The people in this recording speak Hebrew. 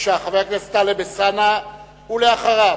חברת הכנסת טלב אלסאנע, ואחריו,